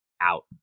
out